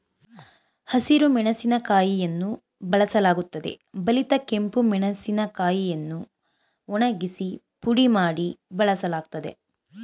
ಹಸಿರು ಮೆಣಸಿನಕಾಯಿಯನ್ನು ಬಳಸಲಾಗುತ್ತದೆ ಬಲಿತ ಕೆಂಪು ಕಾಯಿಯನ್ನು ಒಣಗಿಸಿ ಪುಡಿ ಮಾಡಿ ಬಳಸಲಾಗ್ತದೆ